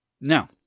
Now